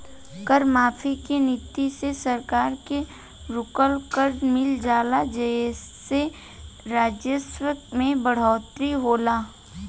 कर माफी के नीति से सरकार के रुकल कर मिल जाला जेइसे राजस्व में बढ़ोतरी होला